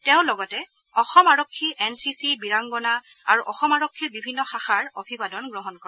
তেওঁ লগতে অসম আৰক্ষী এন চি চি বীৰাংগনা আৰু অসম আৰক্ষীৰ বিভিন্ন শাখাৰ অভিবাদন গ্ৰহণ কৰে